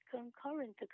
Concurrent